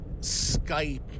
Skype